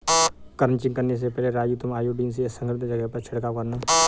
crutching करने से पहले राजू तुम आयोडीन से संक्रमित जगह पर छिड़काव करना